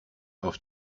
auf